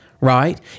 right